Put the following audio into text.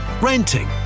renting